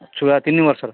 ଛୁଆ ତିନି ବର୍ଷର